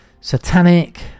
satanic